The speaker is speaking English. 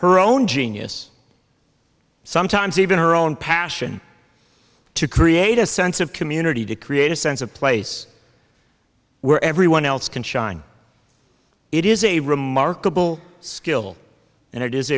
her own genius sometimes even her own passion to create a sense of community to create a sense of place where everyone else can shine it is a remarkable skill and it is